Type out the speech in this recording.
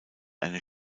eine